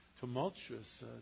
tumultuous